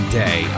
day